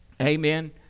Amen